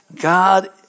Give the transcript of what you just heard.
God